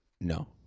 No